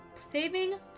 Saving